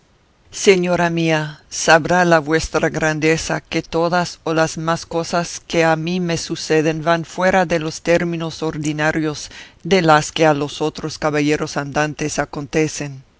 señora mía sabrá la vuestra grandeza que todas o las más cosas que a mí me suceden van fuera de los términos ordinarios de las que a los otros caballeros andantes acontecen